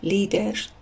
Leaders